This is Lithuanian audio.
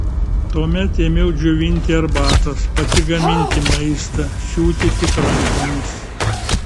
tuomet ėmiau džiovinti arbatas pati gaminti maistą siūti tik rankomis